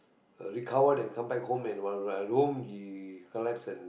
recover then come back home then when I when I go home he collapse and